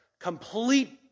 complete